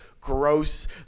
gross